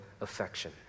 affection